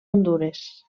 hondures